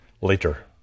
later